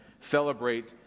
celebrate